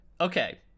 Okay